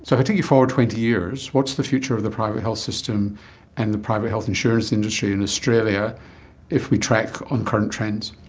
so if i take you forward twenty years, what's the future of the private health system and the private health insurance industry in australia if we track on current trends?